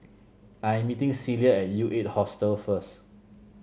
I'm meeting Celia at U Eight Hostel first